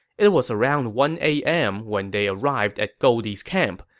it was around one a m. when they arrived at goldie's camp,